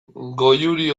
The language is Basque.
goiuri